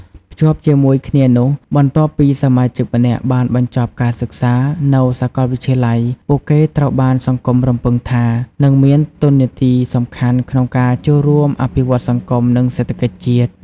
ភ្ជាប់ជាមួយគ្នានោះ បន្ទាប់ពីសមាជិកម្នាក់បានបញ្ចប់ការសិក្សានៅសាកលវិទ្យាល័យ ពួកគេត្រូវបានសង្គមរំពឹងថា នឹងមានតួនាទីសំខាន់ក្នុងការចូលរួមអភិវឌ្ឍសង្គម និងសេដ្ឋកិច្ចជាតិ។